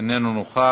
איננו נוכח,